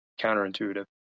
counterintuitive